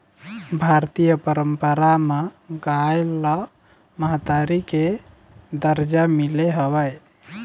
भारतीय पंरपरा म गाय ल महतारी के दरजा मिले हवय